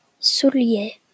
soulier